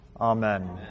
amen